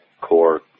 core